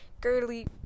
girly